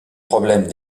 problèmes